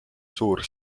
suur